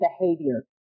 behavior